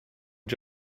has